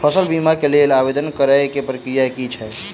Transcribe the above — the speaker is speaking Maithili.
फसल बीमा केँ लेल आवेदन करै केँ प्रक्रिया की छै?